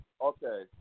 Okay